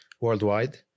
worldwide